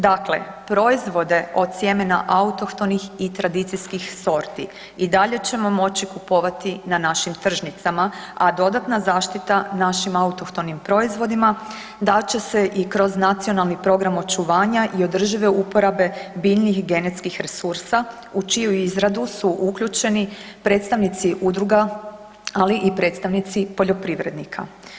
Dakle, proizvode od sjemena autohtonih i tradicijskih sorti i dalje ćemo moći kupovati na našim tržnicama, a dodatna zaštita našim autohtonim proizvodima dat će se i kroz Nacionalni program očuvanja i održive uporabe biljnih genetskih resursa u čiju izradu su uključeni predstavnici udruga, ali i predstavnici poljoprivrednika.